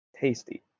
tasty